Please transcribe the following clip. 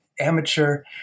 amateur